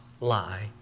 lie